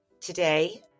today